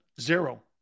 zero